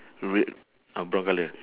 red ah brown colour